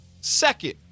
second